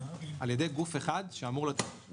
על ידי גוף אחד שאמור להכיר את כל הכלים.